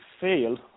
fail